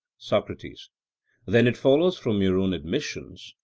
socrates then it follows from your own admissions,